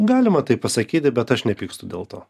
galima taip pasakyti bet aš nepykstu dėl to